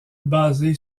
basé